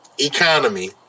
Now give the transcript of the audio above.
economy